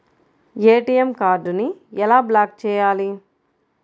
ATM కార్డుని ఎలా block చేయాలి?